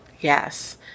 Yes